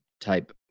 type